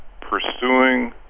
pursuing